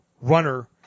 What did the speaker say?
runner